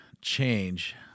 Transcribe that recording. change